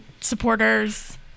supporters